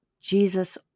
Jesus